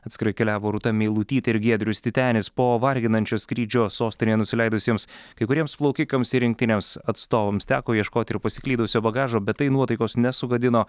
atskirai keliavo rūta meilutytė ir giedrius titenis po varginančio skrydžio sostinėje nusileidusiems kai kuriems plaukikams ir rinktinės atstovams teko ieškot ir pasiklydusio bagažo bet tai nuotaikos nesugadino